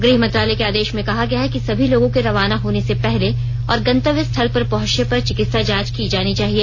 गृह मंत्रालय के आदेश में कहा गया है कि सभी लोगों के रवाना होने से पहले और गंतव्य स्थल पहुंचने पर चिकित्सा जांच की जानी चाहिए